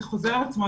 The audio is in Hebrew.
זה חוזר על עצמו.